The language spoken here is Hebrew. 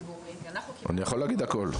אני יכול להגיד הכל.